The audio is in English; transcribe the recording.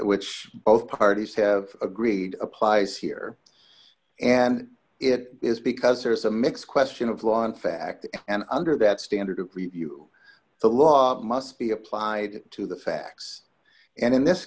which both parties have agreed applies here and it is because there is a mix question of law in fact and under that standard of review the law must be applied to the facts and in this